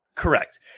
Correct